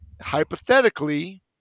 hypothetically